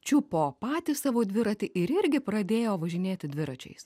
čiupo patys savo dviratį ir irgi pradėjo važinėti dviračiais